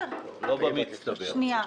לא במצטבר.